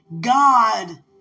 God